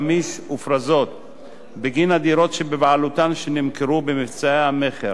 מכירת דירות שבבעלותה במבצעי המכר